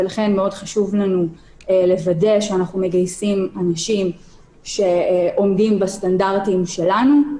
ולכן מאוד חשוב לנו לוודא שאנחנו מגייסים אנשים שעומדים בסטנדרטים שלנו.